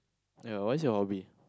ya what's your hobby